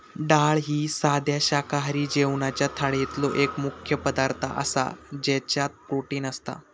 डाळ ही साध्या शाकाहारी जेवणाच्या थाळीतलो एक मुख्य पदार्थ आसा ज्याच्यात प्रोटीन असता